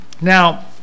Now